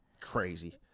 crazy